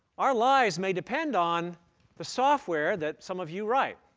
our lives may depend on the software that some of you write.